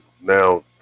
now